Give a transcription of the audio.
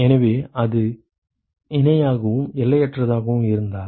எனவே அது இணையாகவும் எல்லையற்றதாகவும் இருந்தால்